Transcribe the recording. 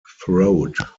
throat